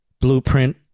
blueprint